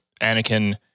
Anakin